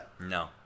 no